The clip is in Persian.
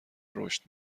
رشد